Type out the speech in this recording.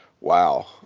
wow